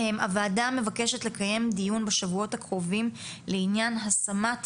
הוועדה מבקשת לקיים דיון בשבועות הקרובים לעניין השמת